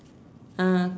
uh